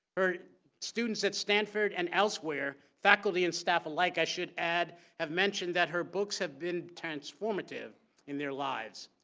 her students at stanford, and elsewhere, faculty, and staff, alike, i should add, have mentioned that her books have been transformative in their lives.